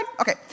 Okay